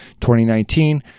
2019